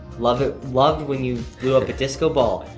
loved loved when you blew up a disco ball.